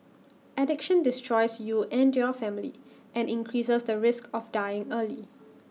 addiction destroys you and your family and increases the risk of dying early